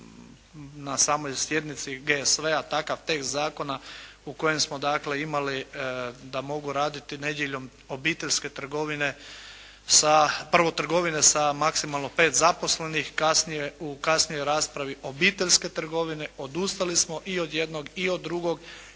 na samoj sjednici GSV-a takav tekst zakona u kojem smo dakle, imali da mogu raditi nedjeljom obiteljske trgovine sa, prvo trgovine sa maksimalno pet zaposlenih, kasnije, u kasnijoj raspravi, obiteljske trgovine, odustali smo i od jednog i od drugog,